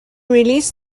released